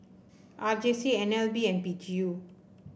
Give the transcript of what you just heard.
R J C N L B and P G U